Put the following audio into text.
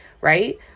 right